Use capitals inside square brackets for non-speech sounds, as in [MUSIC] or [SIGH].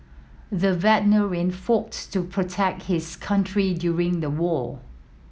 the [UNINTELLIGIBLE] fought to protect his country during the war